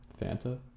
Fanta